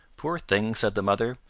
poor things! said the mother.